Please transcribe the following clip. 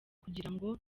kugirango